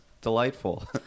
delightful